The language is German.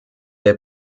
der